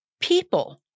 People